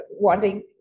wanting